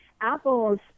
Apple's